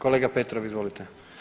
Kolega Petrov, izvolite.